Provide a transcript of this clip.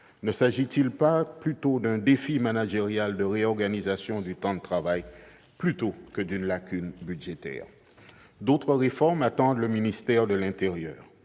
Ne s'agit-il pas d'un défi managérial de réorganisation du temps de travail, plutôt que d'une lacune budgétaire ? D'autres réformes attendent le ministère de l'intérieur